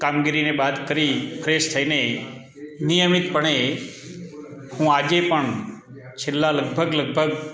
કામગીરીને બાદ કરી ફ્રેશ થઈને નિયમિત પણે હું આજે પણ છેલ્લા લગભગ લગભગ